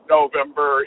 November